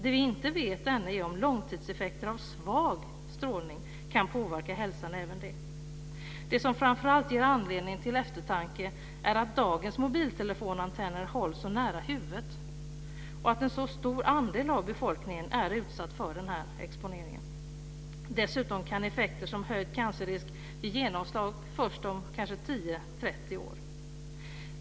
Det vi inte vet ännu är om svag strålning också kan ha långtidseffekter på hälsan. Det som framför allt ger anledning till eftertanke är att dagens mobiltelefonantenner hålls så nära huvudet och att en så stor andel av befolkningen är utsatt för denna exponering. Dessutom kan effekter som höjd cancerrisk ge genomslag först om kanske 10-30 år.